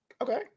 Okay